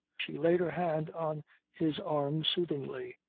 she laid her hand on his arm soothingly.